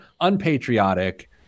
unpatriotic